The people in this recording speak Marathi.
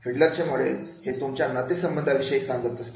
फिडलरचे मॉडेल हे तुमच्या नातेसंबंधांविषयी सांगत असते